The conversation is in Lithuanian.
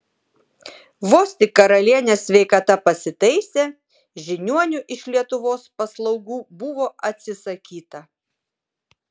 vos tik karalienės sveikata pasitaisė žiniuonių iš lietuvos paslaugų buvo atsisakyta